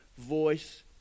voice